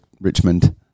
Richmond